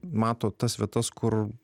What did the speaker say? mato tas vietas kur